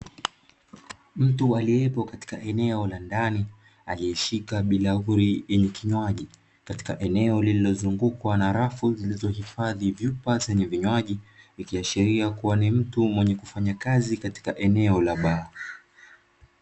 Mtu aliyepo katika eneo la ndani aliyeshika bilauri yenye kinywaji katika eneo, lililozungukwa na rafu zilizohifadhi vyumba zenye vinywaji vya kiashiria kuwa ni mtu mwenye kufanya kazi katika eneo la baa.